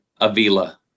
Avila